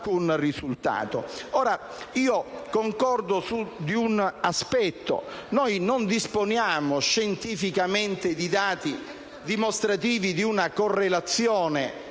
Concordo su un aspetto: noi non disponiamo scientificamente di dati dimostrativi di una correlazione